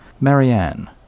Marianne